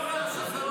אתה יודע שזה לא נכון.